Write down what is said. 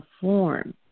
form